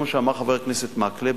כמו שאמר חבר הכנסת מקלב.